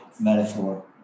metaphor